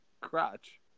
crotch